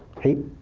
hate,